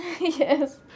Yes